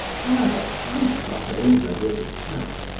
however, i got over this attack,